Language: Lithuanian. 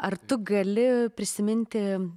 ar tu gali prisiminti